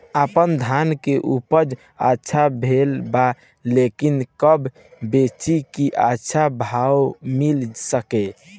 आपनधान के उपज अच्छा भेल बा लेकिन कब बेची कि अच्छा भाव मिल सके?